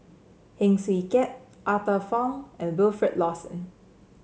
Heng Swee Keat Arthur Fong and Wilfed Lawson